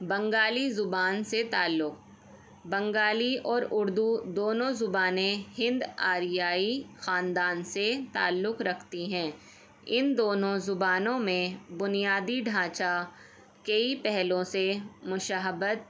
بنگالی زبان سے تعلق بنگالی اور اردو دونوں زبانیں ہند آریائی خاندان سے تعلق رکھتی ہیں ان دونوں زبانوں میں بنیادی ڈھانچا کئی پہلوؤں سے مشابہت